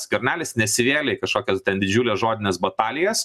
skvernelis nesivėlė į kažkokias ten didžiules žodines batalijas